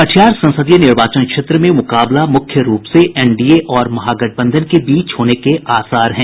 कटिहार संसदीय निर्वाचन क्षेत्र में मुकाबला मुख्य रूप से एनडीए और महागठबंधन के बीच होने के आसार हैं